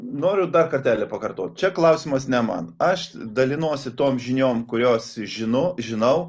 noriu dar kartelį pakartot čia klausimas ne man aš dalinuosi tom žiniom kurios žinau žinau